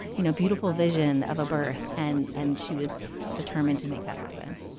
you know, beautiful vision of a birth. and and she was just determined to make that happen